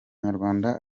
nyarwanda